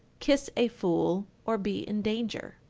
kiss a fool, or be in danger.